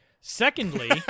Secondly